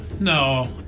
No